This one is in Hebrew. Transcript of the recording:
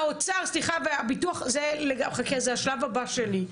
האוצר, סליחה, והביטוח - חכה, זה השלב הבא שלי.